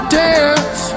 dance